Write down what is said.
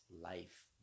life